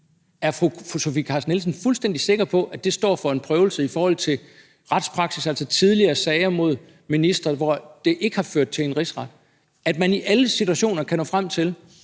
fru Sofie Carsten Nielsen fuldstændig sikker på, at det kan stå for en prøve i forhold til retspraksis, altså tidligere sager mod ministre, hvor det ikke har ført til en rigsret? Vil man i alle situationer ikke kunne nå frem til,